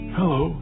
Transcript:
Hello